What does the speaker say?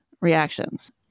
reactions